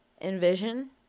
envision